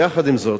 יחד עם זאת,